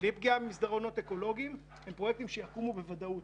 בלי פגיעה במסדרונות אקולוגיים הם פרויקטים שיקומו בוודאות.